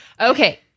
Okay